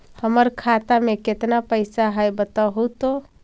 हमर खाता में केतना पैसा है बतहू तो?